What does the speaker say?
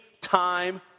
time